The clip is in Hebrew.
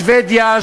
שבדיה,